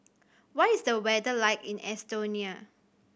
what is the weather like in Estonia